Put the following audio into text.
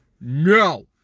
no